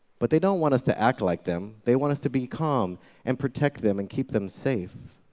but they don't want us to act like them they want us to be calm and protect them and keep them safe.